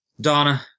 Donna